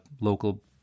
local